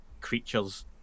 creatures